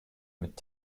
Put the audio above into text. mit